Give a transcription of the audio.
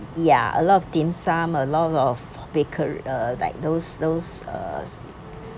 yeah a lot of dim sum a lot of baker~ uh like those those uh